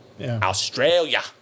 Australia